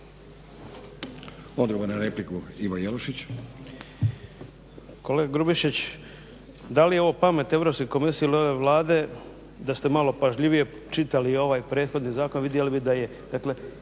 **Jelušić, Ivo (SDP)** Kolega Grubišić, da li je ovo pamet Europske komisije ili ove Vlade da ste malo pažljivije čitali ovaj prethodni zakon vidjeli bi da je